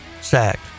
Sacked